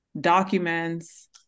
documents